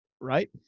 right